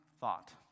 thought